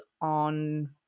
on